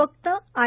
फक्त आय